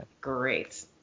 Great